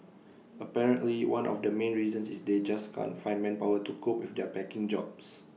apparently one of the main reasons is they just can't find manpower to cope with their packing jobs